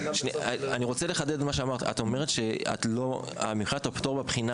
אני רוצה לחדד מה שאמרת: את אומרת שמבחינת הפטור בבחינה